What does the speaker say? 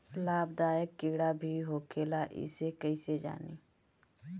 लाभदायक कीड़ा भी होखेला इसे कईसे जानी?